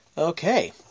Okay